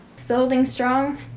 so holding strong?